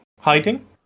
Hiding